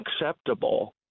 acceptable